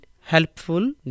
helpful